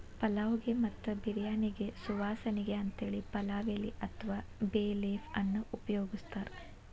ಪಲಾವ್ ಗೆ ಮತ್ತ ಬಿರ್ಯಾನಿಗೆ ಸುವಾಸನಿಗೆ ಅಂತೇಳಿ ಪಲಾವ್ ಎಲಿ ಅತ್ವಾ ಬೇ ಲೇಫ್ ಅನ್ನ ಉಪಯೋಗಸ್ತಾರ